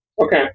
Okay